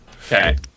Okay